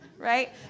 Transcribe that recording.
right